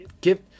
give